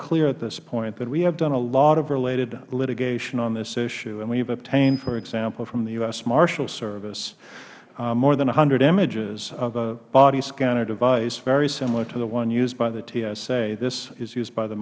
clear at this point that we have done a lot of related litigation on this issue and we have obtained for example from the u s marshal service more than one hundred images of a body scanner device very similar to the one used by the tsa this is used by the